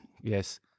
Yes